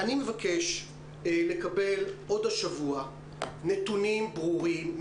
אני מבקש לקבל עוד השבוע נתונים ברורים,